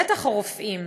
בטח הרופאים.